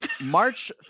March